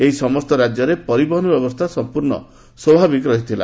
ଏହି ସମସ୍ତ ରାଜ୍ୟରେ ପରିବହନ ବ୍ୟବସ୍ଥା ସମ୍ପୂର୍ଣ୍ଣ ସ୍ୱଭାବିକ ଥିଲା